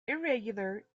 irregular